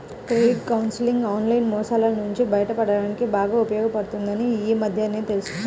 credit counselling online మోసాల నుంచి బయటపడడానికి బాగా ఉపయోగపడుతుందని ఈ మధ్యనే తెల్సుకున్నా